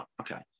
okay